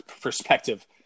perspective